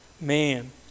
man